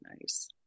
nice